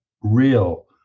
real